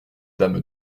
dame